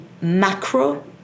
macro